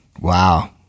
Wow